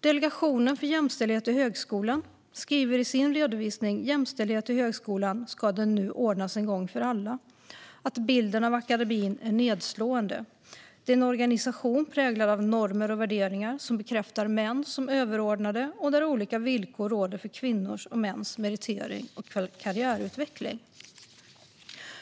Delegationen för jämställdhet i högskolan skriver i sin redovisning Jämställdhet i högskolan - ska den nu ordnas en gång för alla? att bilden av akademin är nedslående. Det är en organisation präglad av normer och värderingar som bekräftar män som överordnade och en organisation där olika villkor råder för kvinnors och mäns meritering och karriärutveckling.